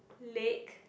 lake